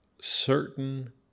certain